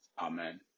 Amen